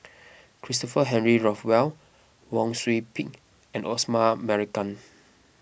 Christopher Henry Rothwell Wang Sui Pick and Osman Merican